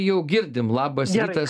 jau girdim labas rytas